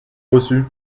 reçues